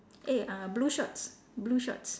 eh uh blue shorts blue shorts